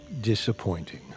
disappointing